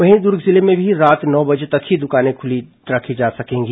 वहीं दुर्ग जिले में भी रात नौ बजे तक ही दुकानें खुली रखी जा सकेंगी